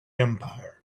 empire